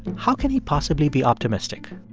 how can he possibly be optimistic?